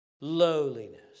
lowliness